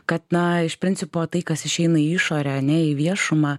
kad na iš principo tai kas išeina į išorę ne į viešumą